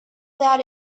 that